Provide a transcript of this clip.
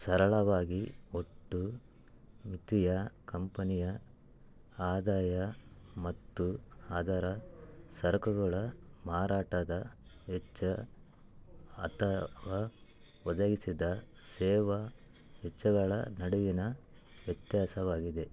ಸರಳವಾಗಿ ಒಟ್ಟು ಮಿತಿಯು ಕಂಪನಿಯ ಆದಾಯ ಮತ್ತು ಅದರ ಸರಕುಗಳ ಮಾರಾಟದ ವೆಚ್ಚ ಅಥವಾ ಒದಗಿಸಿದ ಸೇವಾ ವೆಚ್ಚಗಳ ನಡುವಿನ ವ್ಯತ್ಯಾಸವಾಗಿದೆ